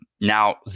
now